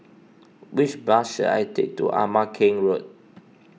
which bus should I take to Ama Keng Road